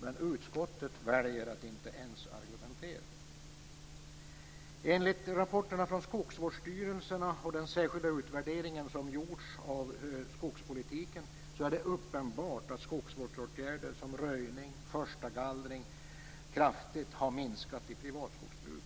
men utskottet väljer att inte ens argumentera. Enligt rapporterna från skogsvårdsstyrelserna och den särskilda utvärdering som gjorts av skogspolitiken är det uppenbart att skogsvårdsåtgärder som röjning och förstagallring kraftigt har minskat i privatskogsbruket.